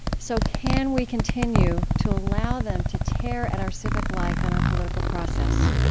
so can we continue to allow them to tear at our civic life and our political process?